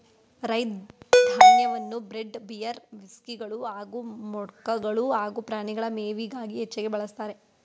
ರೈ ಧಾನ್ಯವನ್ನು bread beer ವಿಸ್ಕಿಗಳು ಹಾಗೂ ವೊಡ್ಕಗಳು ಹಾಗೂ ಪ್ರಾಣಿಗಳ ಮೇವಿಗಾಗಿ ಹೆಚ್ಚಾಗಿ ಬಳಸ್ತಾರೆ